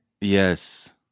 Yes